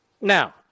Now